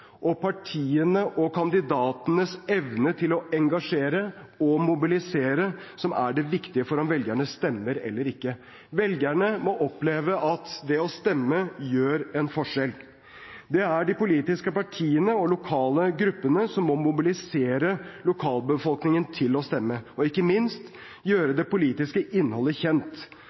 og partiene og kandidatenes evne til å engasjere og mobilisere som er det viktige for om velgerne stemmer eller ikke. Velgerne må oppleve at det å stemme gjør en forskjell. Det er de politiske partiene og de lokale gruppene som må mobilisere lokalbefolkningen til å stemme og ikke minst gjøre